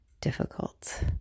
difficult